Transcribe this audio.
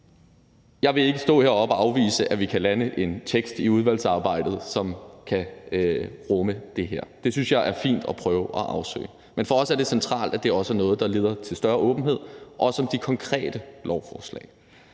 Jeg vil ikke stå heroppe og afvise, at vi kan lande en tekst i udvalgsarbejdet, som kan rumme det her. Det synes jeg er fint at prøve at afsøge. Men for os er det centralt, at det også er noget, der leder til større åbenhed, også om de konkrete lovforslag.